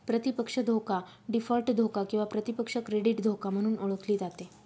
प्रतिपक्ष धोका डीफॉल्ट धोका किंवा प्रतिपक्ष क्रेडिट धोका म्हणून ओळखली जाते